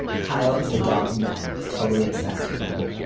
kyle is a dog nut. he's totally obsessed with them.